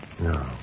No